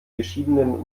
geschiedenen